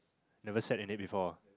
never sat in it before